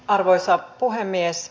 arvoisa puhemies